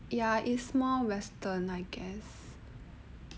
ya it's more western like cafe